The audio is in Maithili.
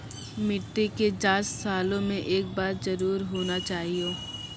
मिट्टी के जाँच सालों मे एक बार जरूर होना चाहियो?